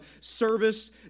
service